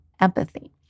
empathy